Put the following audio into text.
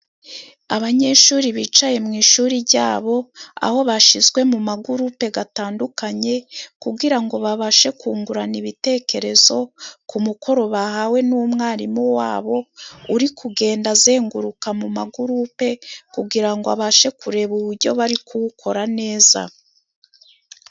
Abanyeshuri bicaye mu ishuri jyabo, aho bashizwe mu magurupe gatandukanye, kugira ngo babashe kungurana ibitekerezo ku mukoro bahawe n'umwarimu wabo, uri kugenda azenguruka mu magurupe kugira ngo abashe kureba ubujyo bari kuwukora neza.